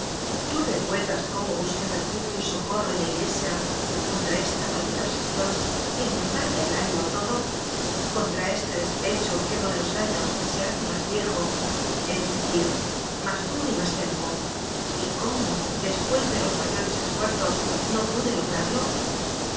tu recuerdas cómo busqué refugio y socorro en la iglesia contra esta maldita obsesión que me embar ga el ánimo todo contra este despecho que con los años se hace más viejo es decir más duro y más terco y cómo después de los ma yores esfuerzos no pude lograrlo